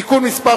(תיקון מס'